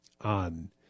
on